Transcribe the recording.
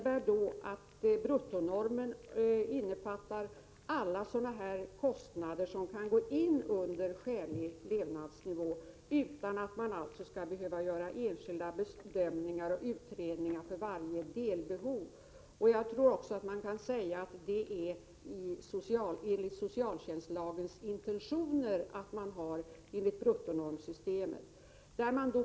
Bruttonormen innefattar då alla kostnader som kan hänföras till ”skälig levnadsnivå”, utan att man skall behöva göra enskilda bedömningar och utredningar för varje delbehov. Vidare tror jag att man kan säga att det är förenligt med socialtjänstlagens intentioner att bruttonormssystemet tillämpas.